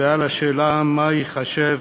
ועל השאלה מה ייחשב